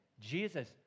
Jesus